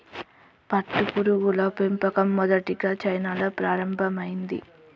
పట్టుపురుగుల పెంపకం మొదటిగా చైనాలో ప్రారంభమైంది